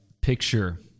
picture